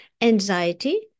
anxiety